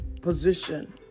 position